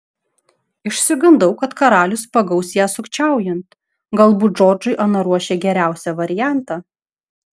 išsigandau kad karalius pagaus ją sukčiaujant galbūt džordžui ana ruošė geriausią variantą